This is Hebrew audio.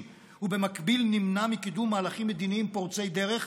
ובמקביל נמנע מקידום מהלכים מדיניים פורצי דרך,